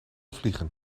vliegen